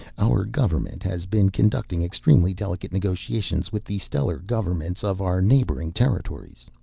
our government has been conducting extremely delicate negotiations with the stellar governments of our neighboring territories.